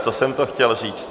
Co jsem to chtěl říct?